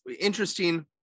interesting